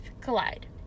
collide